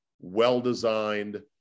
well-designed